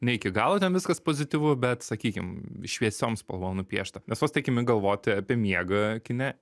ne iki galo ten viskas pozityvu bet sakykim šviesiom spalvom nupiešta nes vos tik imi galvoti apie miegą kine